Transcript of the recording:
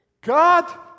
God